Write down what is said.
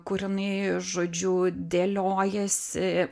kur jinai žodžiu dėliojasi